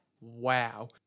wow